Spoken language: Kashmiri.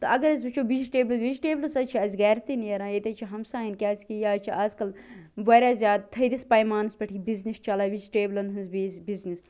تہٕ اگر حظ وُچھُو وجٹیبلٕز وِجٹیبلٕز حظ چھِ اسہِ گھرِ تہِ نیران ییٚتہِ حظ چھُ ہمسٲین کیٛازِکہِ یہِ حظ چھُ آز کل واریاہ زیادٕ تھٔدِس پیمانس پٮ۪ٹھ یہِ بِزنیٚس چَلان وِجٹیبلن ہنٛز بِزنیٚس